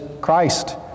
Christ